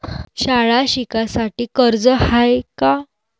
शाळा शिकासाठी कर्ज हाय का?